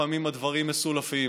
ולפעמים הדברים מסולפים,